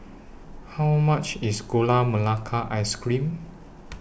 How much IS Gula Melaka Ice Cream